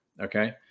okay